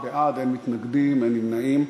עשרה בעד, אין מתנגדים, אין נמנעים.